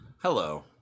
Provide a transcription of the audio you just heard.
Hello